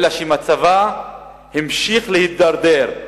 אלא שמצבה אף המשיך להידרדר.